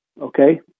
okay